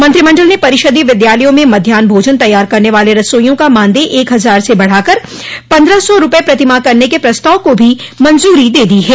मंत्रिमंडल ने परिषदीय विद्यालयों में मध्यान्ह भोजन तैयार करने वाले रसोइयों का मानदेय एक हज़ार से बढ़ाकर पन्द्रह सौ रूपये प्रतिमाह करने के प्रस्ताव को भी मंजूरी दे दी है